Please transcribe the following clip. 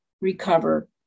recover